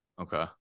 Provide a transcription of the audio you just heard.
okay